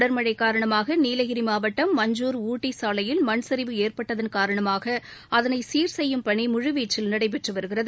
தொடர் மழை காரணமாக நீலகிரி மாவட்டம் மஞ்சுர் ஊட்டி சாலையில் மண் சரிவு ஏற்பட்டதன் காரணமாக அதனை சீர் செய்யும் பணி முழு வீச்சில் நடைபெற்று வருகிறது